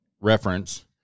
reference